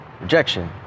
rejection